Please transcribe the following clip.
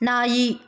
ನಾಯಿ